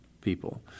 people